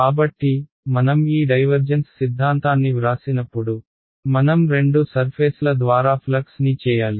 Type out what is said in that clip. కాబట్టి మనం ఈ డైవర్జెన్స్ సిద్ధాంతాన్ని వ్రాసినప్పుడు మనం రెండు సర్ఫేస్ల ద్వారా ఫ్లక్స్ని చేయాలి